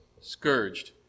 scourged